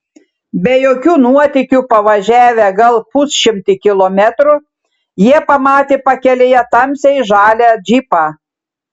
be jokių nuotykių pavažiavę gal pusšimtį kilometrų jie pamatė pakelėje tamsiai žalią džipą